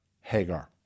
Hagar